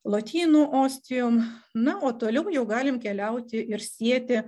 lotynų ostijum na o toliau jau galim keliauti ir sieti